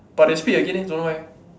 but they split again eh don't know why